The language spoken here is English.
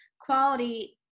quality